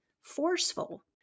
forceful